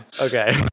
Okay